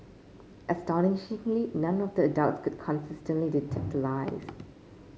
astonishingly none of the adults could consistently detect the lies